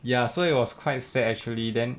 ya so it was quite sad actually then